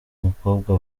umukobwa